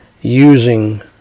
using